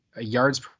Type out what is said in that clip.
yards